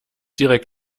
direkt